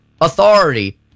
authority